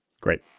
Great